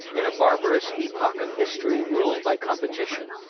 in a barbarous epoch of history ruled by competition,